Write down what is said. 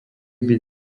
byť